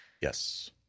Yes